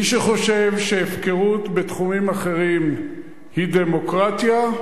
מי שחושב שהפקרות בתחומים אחרים היא דמוקרטיה,